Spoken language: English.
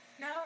No